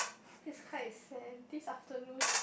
it's quite sad this afternoon